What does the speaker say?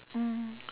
mm